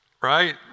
right